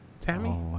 Tammy